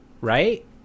right